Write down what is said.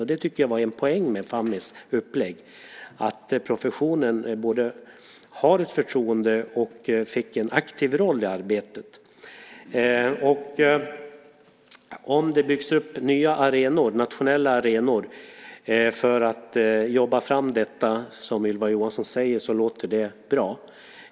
Och jag tycker att en poäng med Fammis upplägg är att professionen både har ett förtroende och en aktiv roll i arbetet. Om det byggs upp nya nationella arenor för att jobba fram detta, som Ylva Johansson säger, är det bra.